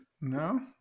no